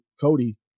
Cody